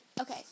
okay